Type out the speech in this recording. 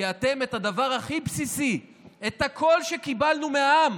כי אתם, את הדבר הכי בסיסי, את הקול שקיבלנו מהעם,